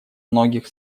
многих